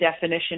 definition